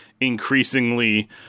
increasingly